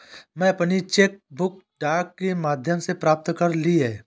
मैनें अपनी cheque book डाक के माध्यम से प्राप्त कर ली है